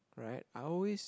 right I always